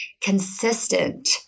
consistent